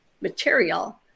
material